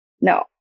no